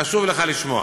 חשוב לך לשמוע.